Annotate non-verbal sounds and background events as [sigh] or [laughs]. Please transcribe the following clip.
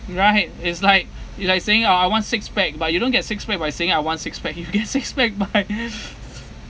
right is like it like saying oh I want six-pack but you don't get six-pack by saying I want six-pack if you get six-pack by [laughs]